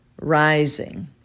rising